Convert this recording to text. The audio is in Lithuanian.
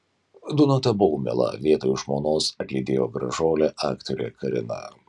donatą baumilą vietoj žmonos atlydėjo gražuolė aktorė karina